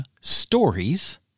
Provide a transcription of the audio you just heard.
stories